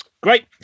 great